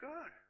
God